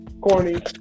corny